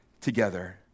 together